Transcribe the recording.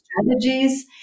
strategies